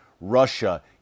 Russia